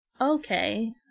okay